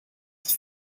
ist